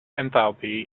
enthalpy